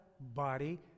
body